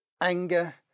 anger